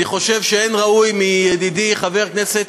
אני חושב שאין ראוי מידידי חבר הכנסת